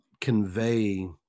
convey